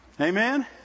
Amen